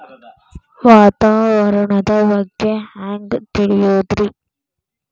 ವಾತಾವರಣದ ಬಗ್ಗೆ ಹ್ಯಾಂಗ್ ತಿಳಿಯೋದ್ರಿ?